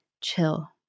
chill